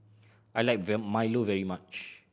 I like well milo very much